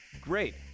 Great